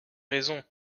raison